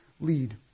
lead